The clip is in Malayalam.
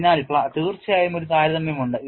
അതിനാൽ തീർച്ചയായും ഒരു താരതമ്യമുണ്ട്